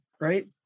right